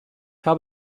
habe